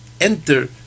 enter